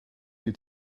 die